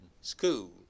School